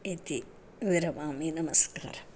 इति विरमामि नमस्कारः